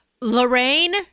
Lorraine